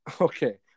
Okay